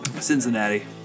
Cincinnati